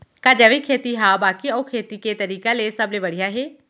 का जैविक खेती हा बाकी अऊ खेती के तरीका ले सबले बढ़िया हे?